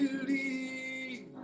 believe